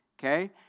Okay